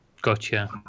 Gotcha